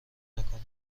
نکنه